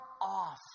off